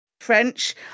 French